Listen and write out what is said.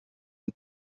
une